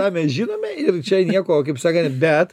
tą mes žinome ir čia nieko o kaip sakant bet